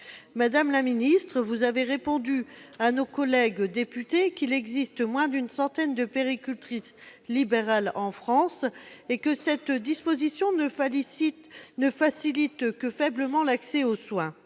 Madame la ministre, vous avez répondu à nos collègues députés qu'il existe moins d'une centaine de puéricultrices libérales en France et que cette disposition ne facilite que faiblement l'accès aux soins.